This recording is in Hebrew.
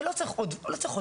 שלא צריך עוד תוכנית.